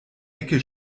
ecke